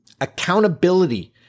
accountability